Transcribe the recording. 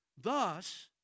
Thus